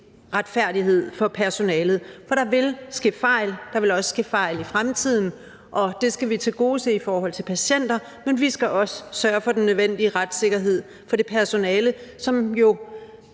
retfærdighed for personalet. For der vil ske fejl, der vil også ske fejl i fremtiden, og det skal vi tilgodese i forhold til patienter, men vi skal også sørge for den nødvendige retssikkerhed for det personale, som jo